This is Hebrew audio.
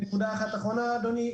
נקודה אחת אחרונה, אדוני.